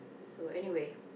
so anyway